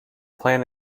plan